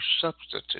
substitute